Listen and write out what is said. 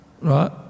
right